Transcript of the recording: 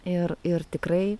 ir ir tikrai